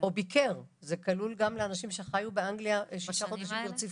זה נכון גם לאנשים שחיו באנגליה במשך שישה חודשים ברציפות.